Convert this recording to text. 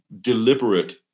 deliberate